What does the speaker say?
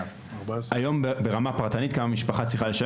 היום ברמה פרטנית כמה משפחה צריכה לשלם